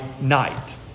night